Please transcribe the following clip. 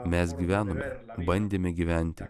mes gyvenome bandėme gyventi